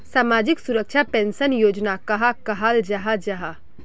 सामाजिक सुरक्षा पेंशन योजना कहाक कहाल जाहा जाहा?